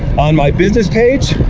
on my business page,